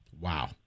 Wow